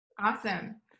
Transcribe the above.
Awesome